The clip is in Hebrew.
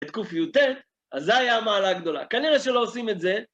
בקי"ט, אז זו הייתה המעלה הגדולה. כנראה שלא עושים את זה.